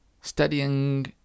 studying